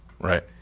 Right